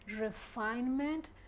refinement